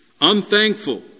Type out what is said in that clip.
unthankful